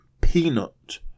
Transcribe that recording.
peanut